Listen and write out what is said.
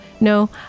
no